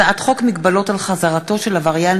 הצעת חוק מגבלות על חזרתו של עבריין